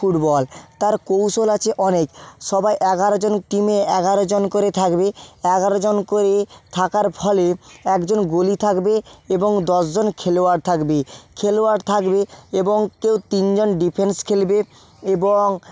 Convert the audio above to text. football তার কৌশল আছে অনেক সবাই এগারো জন টিমে এগারো জন করে থাকবে এগারো জন করে থাকার ফলে এক জন গলি থাকবে এবং দশ জন খেলোয়াড় থাকবে খেলোয়াড় থাকবে এবং কেউ তিন জন ডিফেন্স খেলবে এবং